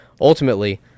ultimately